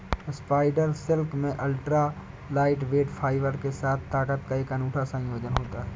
spider silk में ultra lightweight fibre के साथ ताकत का एक अनूठा संयोजन होता है